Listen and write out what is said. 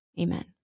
Amen